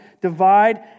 divide